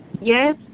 Yes